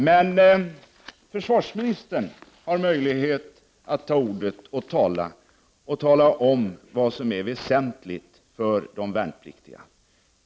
Men försvarsministern har möjlighet att ta ordet och tala om vad som är väsentligt för de värnpliktiga.